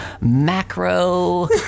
macro